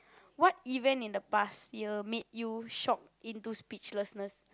what event in the past year made you shocked into speechlessness